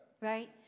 Right